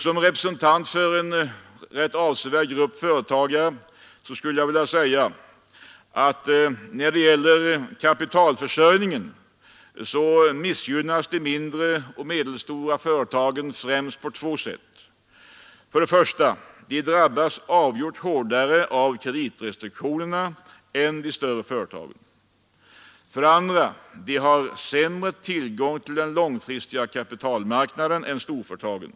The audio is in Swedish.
Som representant för en betydande grupp företagare vill jag slå fast att när det gäller kapitalförsörjningen missgynnas de mindre och medelstora företagen främst på två sätt: för det första drabbas de avgjort hårdare av kreditrestriktionerna än de större företagen och för det andra har de sämre tillgång till den långfristiga kapitalmarknaden än storföretagen.